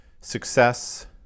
success